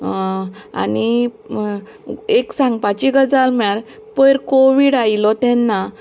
आनी एक सांगपाची गजाल म्हळ्यार पयर कोवीड आयिल्लो तेन्ना